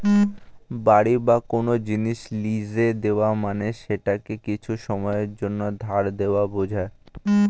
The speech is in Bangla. বাড়ি বা কোন জিনিস লীজে দেওয়া মানে সেটাকে কিছু সময়ের জন্যে ধার দেওয়া বোঝায়